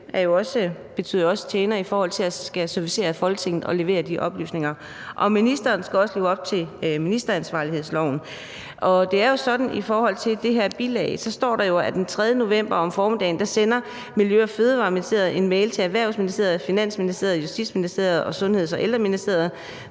betyder jo også tjener i forhold til at skulle servicere Folketinget og levere de oplysninger, og ministeren skal også leve op til ministeransvarlighedsloven. Det er jo sådan, at der i forhold til det her bilag står: Den 3. november om formiddagen sender Miljø- og Fødevareministeriet en e-mail til Erhvervsministeriet, Finansministeriet, Justitsministeriet og Sundheds- og Ældreministeriet